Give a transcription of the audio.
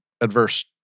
adverse